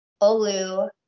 olu